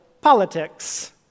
politics